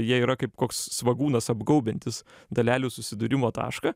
jie yra kaip koks svogūnas apgaubiantis dalelių susidūrimo tašką